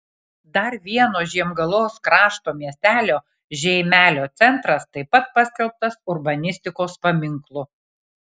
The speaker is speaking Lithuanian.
dar vieno žiemgalos krašto miestelio žeimelio centras taip pat paskelbtas urbanistikos paminklu